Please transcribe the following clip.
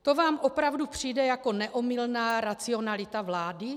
To vám opravdu přijde jako neomylná racionalita vlády?